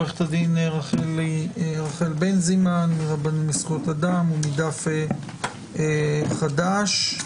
עורכת הדין רחל בנזימן מ-דף חדש.